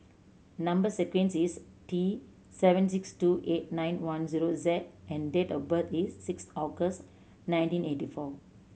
number sequence is T seven six two eight nine one zero Z and date of birth is six August nineteen eighty four